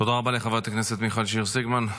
תודה רבה לחברת הכנסת מיכל שיר סגמן.